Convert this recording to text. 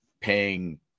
paying